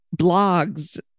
blogs